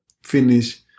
finish